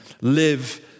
live